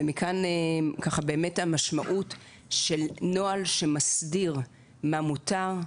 ומכאן המשמעות של נוהל שמסדיר מה מותר,